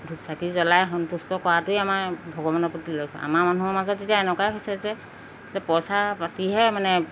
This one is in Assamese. ধূপ চাকি জ্বলাই সন্তুষ্ট কৰাটোৱেই আমাৰ ভগৱানৰ প্ৰতি লক্ষ্য আমাৰ মানুহৰ মাজত এতিয়া এনেকুৱাই হৈছে যে পইচা পাতিহে মানে